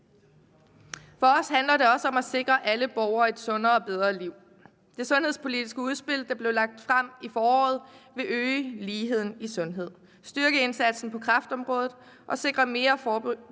For os handler det også om at sikre alle borgere et sundere og bedre liv. Det sundhedspolitiske udspil, der blev lagt frem i foråret, vil øge ligheden i sundhed, styrke indsatsen på kræftområdet og sikre mere forebyggelse,